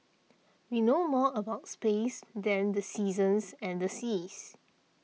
we know more about space than the seasons and the seas